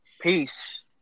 Peace